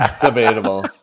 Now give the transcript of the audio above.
Debatable